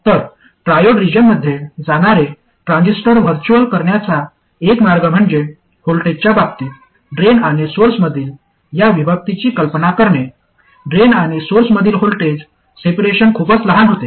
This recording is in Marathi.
तर ट्रॉओड रिजनमध्ये जाणारे ट्रान्झिस्टर व्हिज्युअल करण्याचा एक मार्ग म्हणजे व्होल्टेजच्या बाबतीत ड्रेन आणि सोर्समधील या विभक्तीची कल्पना करणे ड्रेन आणि सोर्समधील व्होल्टेज सेपरेशन खूपच लहान होते